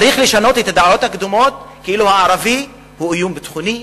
צריך לשנות את הדעות הקדומות כאילו הערבי הוא איום ביטחוני,